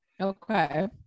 okay